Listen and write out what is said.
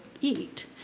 eat